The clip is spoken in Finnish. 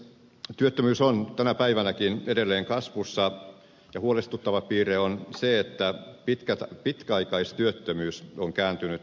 työttömyys on tänä päivänäkin edelleen kasvussa ja huolestuttava piirre on se että pitkäaikaistyöttömyys on kääntynyt kasvuun